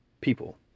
people